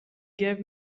gave